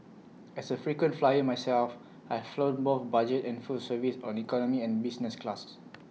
as A frequent flyer myself I've flown both budget and full service on economy and business classes